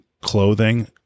Clothing